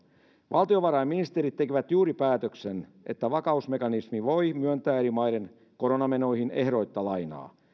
valtiovarainministerit tekivät juuri päätöksen että vakausmekanismi voi myöntää eri maiden koronamenoihin ehdoitta lainaa